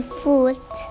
foot